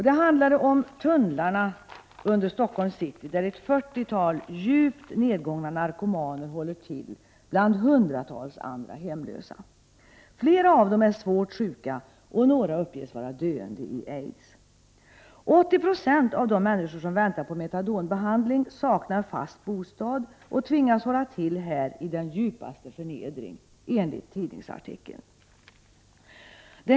Det handlade om tunnlarna under Stockholms city, där ett fyrtiotal djupt nedgångna narkomaner håller till bland hundratals andra hemlösa. Flera av dem är svårt sjuka. Några uppges vara döende i aids. 80 26 av de människor som väntar på metadonbehandling saknar fast bostad och tvingas hålla till här i den djupaste förnedring, enligt tidningsartikeln.